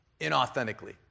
inauthentically